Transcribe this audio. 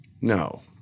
No